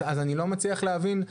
אני לא מצליח להבין,